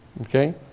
Okay